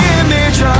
image